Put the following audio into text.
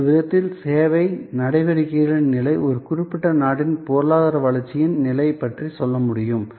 ஒரு விதத்தில் சேவை நடவடிக்கையின் நிலை ஒரு குறிப்பிட்ட நாட்டின் பொருளாதார வளர்ச்சியின் நிலை பற்றி சொல்ல முடியும்